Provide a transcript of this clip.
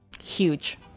Huge